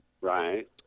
Right